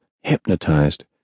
hypnotized